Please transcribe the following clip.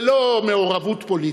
ללא מעורבות פוליטית,